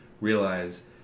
realize